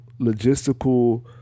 logistical